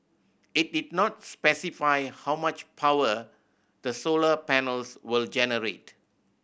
it did not specify how much power the solar panels will generate